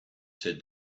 said